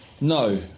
No